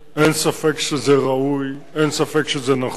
אין ספק שזה ראוי, אין ספק שזה נכון.